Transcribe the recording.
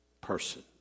person